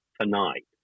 tonight